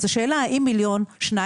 השאלה היא: האם מיליון ₪,